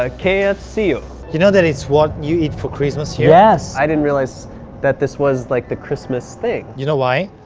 ah kfc. you you know that it's what you eat for christmas here? yes! i didn't realize that this was like the christmas thing. you know why?